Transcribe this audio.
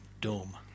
Dome